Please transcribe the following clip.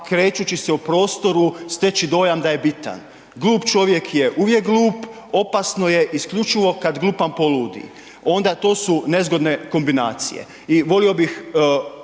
krećući se u prostoru steći dojam da je bitan. Glup čovjek je uvijek glup, opasno je isključivo kad glupan poludi, onda to su nezgodne kombinacije i volio bih